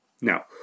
now